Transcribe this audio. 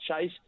chase